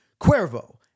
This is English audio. Cuervo